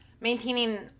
maintaining